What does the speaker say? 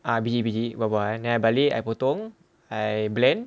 ah biji biji buah-buahan then I balik I potong I blend